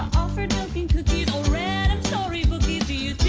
offered milk and cookies or read him story bookies do you